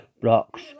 blocks